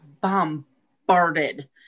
bombarded